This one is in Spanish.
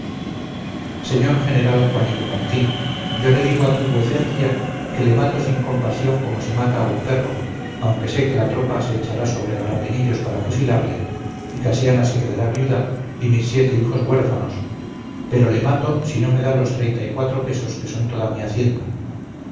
señor general juanillo martín yo le digo a tu vuecencia que le mato sin compasión como se mata a un perro aunque sé que la tropa se echará sobre garrapinillos para fusilarle y casiana se quedará viuda y mis siete hijos huérfanos pero le mato si no me da los treinta y cuatro pesos que son toda mi hacienda